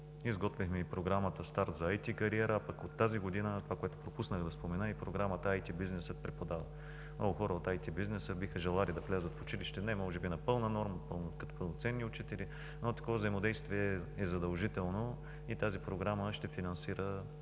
изготвихме и Програмата „Обучение за ИТ кариера“, а това, което пропуснах да спомена, от тази година и Програмата „ИТ бизнесът преподава“. Много хора от ИТ бизнеса биха желали да влязат в училище, не може би на пълна норма, като пълноценни учители. Едно такова взаимодействие е задължително и тази програма ще финансира